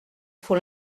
faut